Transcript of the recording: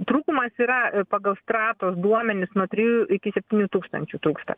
trūkumas yra pagal stratos duomenis nuo trijų iki septynių tūkstančių trūksta